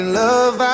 love